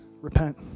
Repent